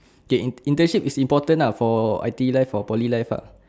K internship is important lah for I_T_E life for poly life ah